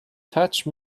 touch